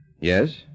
Yes